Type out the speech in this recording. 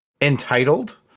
entitled